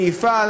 אני אפעל?